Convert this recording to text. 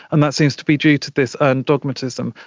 and that seems to be due to this earned dogmatism.